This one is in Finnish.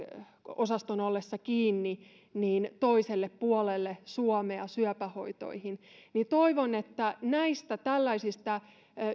osaston ollessa kiinni toiselle puolelle suomea syöpähoitoihin niin toivon että näistä tällaisista